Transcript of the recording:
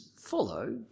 follow